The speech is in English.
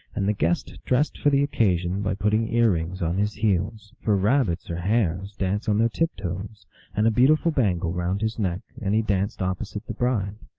and the guest dressed for the occasion by putting ear-rings on his heels for rabbits or hares dance on their tip-toes and a beautiful bangle round his neck, and he danced opposite the bride.